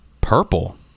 purple